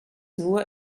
nur